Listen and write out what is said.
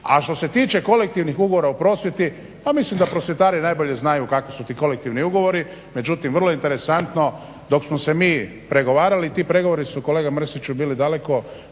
a što se tiče Kolektivnih ugovora u prosvjeti, a mislim da prosvjetari najbolje znaju kakvi su ti Kolektivni ugovori. Međutim, vrlo interesantno, dok smo se mi pregovori, ti pregovori su kolega Mrsiću bili daleko